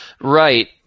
Right